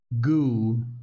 goo